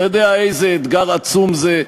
אתה יודע איזה אתגר עצום זה.